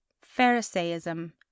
Pharisaism